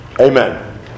Amen